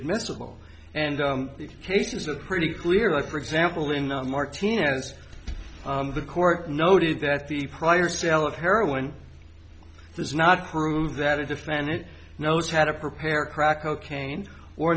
admissible and the cases are pretty clear i for example in martinez the court noted that the prior sale of heroin does not prove that a defendant knows how to prepare crack cocaine or